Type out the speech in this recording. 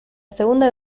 segunda